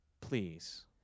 Please